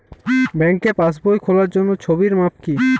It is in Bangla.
ব্যাঙ্কে পাসবই খোলার জন্য ছবির মাপ কী?